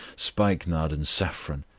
spikenard and saffron,